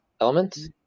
elements